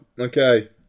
Okay